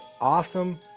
Awesome